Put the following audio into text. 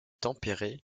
tempéré